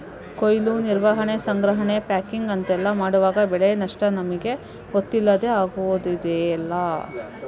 ಕೊಯ್ಲು, ನಿರ್ವಹಣೆ, ಸಂಗ್ರಹಣೆ, ಪ್ಯಾಕಿಂಗ್ ಅಂತೆಲ್ಲ ಮಾಡುವಾಗ ಬೆಳೆ ನಷ್ಟ ನಮಿಗೆ ಗೊತ್ತಿಲ್ಲದೇ ಆಗುದಿದೆಯಲ್ಲ